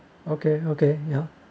okay okay ya